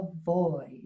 avoid